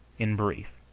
in brief,